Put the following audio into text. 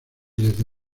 desde